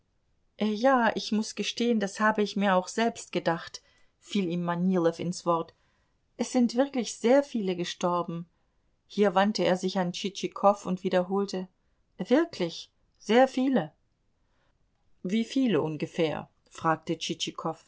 ja ich muß gestehen das habe ich mir auch selbst gedacht fiel ihm manilow ins wort es sind wirklich sehr viele gestorben hier wandte er sich an tschitschikow und wiederholte wirklich sehr viele wie viele ungefähr fragte